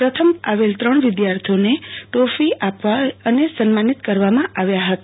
પ્રથમ આવેલ ત્રણ વિધ્રાથીઓને દ્રોફી આપી સન્માનિત કરવામાં આવ્યા હતા